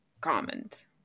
comment